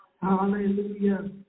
Hallelujah